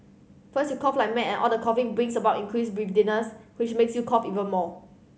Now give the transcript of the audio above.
first you cough like mad and all the coughing brings about increased breathlessness which makes you cough even more